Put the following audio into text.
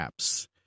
apps